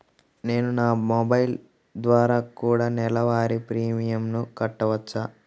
నేను నా మొబైల్ ద్వారా కూడ నెల వారి ప్రీమియంను కట్టావచ్చా?